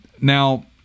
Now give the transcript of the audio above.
now